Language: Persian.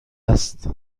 هست